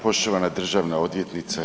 Poštovana državna odvjetnice.